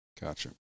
gotcha